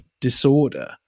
disorder